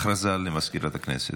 בבקשה, הודעה למזכירות הכנסת.